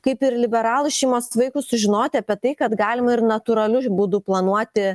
kaip ir liberalų šeimos vaikui sužinoti apie tai kad galima ir natūraliu būdu planuoti